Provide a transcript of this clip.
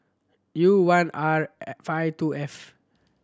U one R five two F